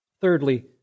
Thirdly